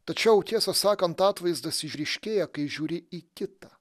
tačiau tiesą sakant atvaizdas išryškėja kai žiūri į kitą